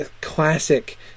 classic